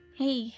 hey